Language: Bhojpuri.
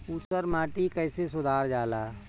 ऊसर माटी कईसे सुधार जाला?